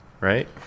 Right